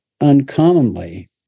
uncommonly